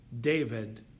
David